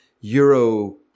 euro